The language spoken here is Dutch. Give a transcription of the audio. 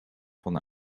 van